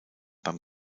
beim